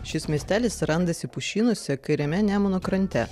šis miestelis randasi pušynuose kairiame nemuno krante